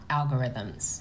algorithms